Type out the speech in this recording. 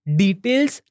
details